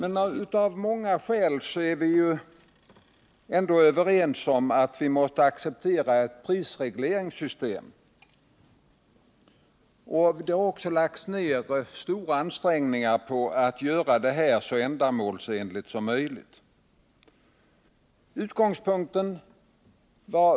Av många skäl är vi ändå överens om att vi måste acceptera ett prisregleringssystem. Det har lagts ned stora ansträngningar på att göra det så ändamålsenligt som möjligt.